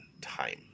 time